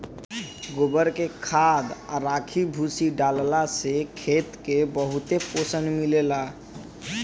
गोबर के खाद, राखी, भूसी डालला से खेत के बहुते पोषण मिलेला